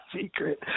Secret